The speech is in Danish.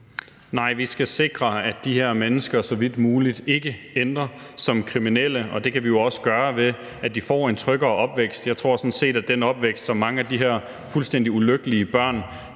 Nej. Vi skal sikre, at de her mennesker så vidt muligt ikke ender som kriminelle, og det kan vi jo også gøre, ved at de får en tryggere opvækst. Jeg tror sådan set, at den opvækst, som mange af de her fuldstændig ulykkelige børn